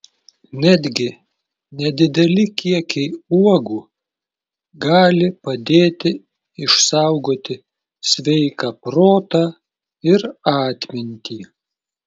netgi nedideli kiekiai uogų gali padėti išsaugoti sveiką protą ir atmintį